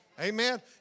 Amen